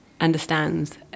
understands